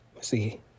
See